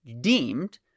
deemed